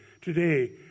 Today